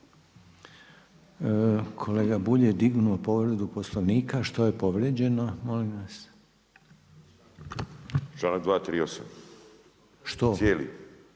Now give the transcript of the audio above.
Kolega Bulj je dignuo povredu Poslovnika. Što je povrijeđeno, molim vas?